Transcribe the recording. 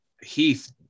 Heath